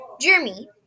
jeremy